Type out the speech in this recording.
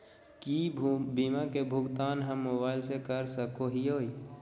की बीमा के भुगतान हम मोबाइल से कर सको हियै?